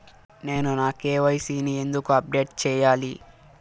నేను నా కె.వై.సి ని ఎందుకు అప్డేట్ చెయ్యాలి?